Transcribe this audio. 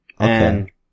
Okay